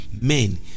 men